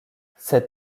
cette